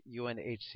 UNHCR